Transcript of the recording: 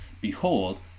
behold